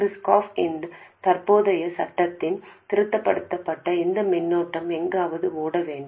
Kirchhoff இன் தற்போதைய சட்டத்தை திருப்திப்படுத்த இந்த மின்னோட்டம் எங்காவது ஓட வேண்டும்